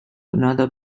another